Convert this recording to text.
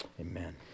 amen